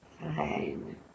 fine